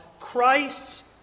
Christ's